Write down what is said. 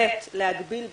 ב', להגביל בזמן.